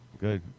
good